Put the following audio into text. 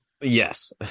yes